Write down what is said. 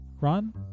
run